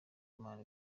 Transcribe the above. imana